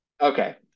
Okay